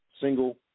single